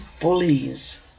bullies